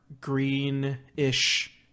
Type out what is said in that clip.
green-ish